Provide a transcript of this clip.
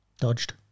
dodged